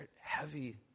heavy